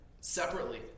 separately